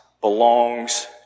belongs